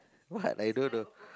what I do the